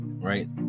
Right